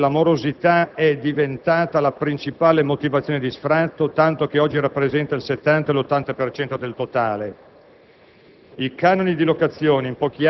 Dal 1997 la morosità è diventata la principale motivazione di sfratto, tanto che oggi rappresenta il 70-80 per cento del totale.